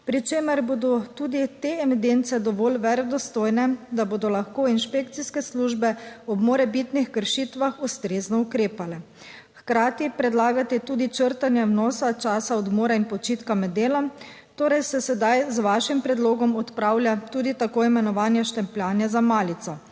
pri čemer bodo tudi te evidence dovolj verodostojne, da bodo lahko inšpekcijske službe ob morebitnih kršitvah ustrezno ukrepale. Hkrati predlagate tudi črtanje vnosa časa odmora in počitka med delom torej se sedaj z vašim predlogom odpravlja tudi tako imenovano štempljanje za malico.